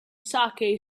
saké